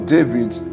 David